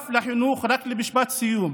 משפט סיום.